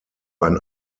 ein